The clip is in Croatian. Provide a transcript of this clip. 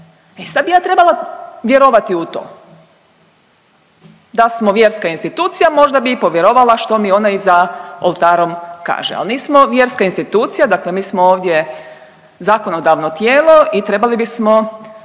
I sad bi ja trebala vjerovati u to. Da smo vjerska institucija možda bi i povjerovala što mi onaj za oltarom kaže. Ali nismo vjerska institucija, dakle mi smo ovdje zakonodavno tijelo i trebali bismo